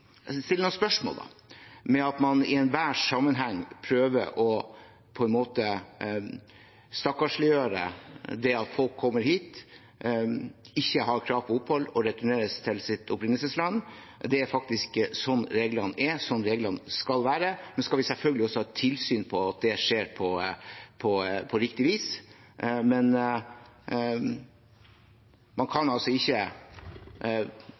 prøver å stakkarsliggjøre det at folk kommer hit, ikke har krav på opphold og returneres til sitt opprinnelsesland. Det er faktisk sånn reglene er, sånn reglene skal være. Vi skal selvfølgelig ha tilsyn med at det skjer på riktig vis, men man kan altså ikke